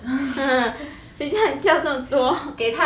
ha ha ha 谁叫你叫这么多